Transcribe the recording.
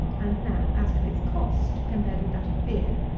and, now, as to its cost, compared with that of beer.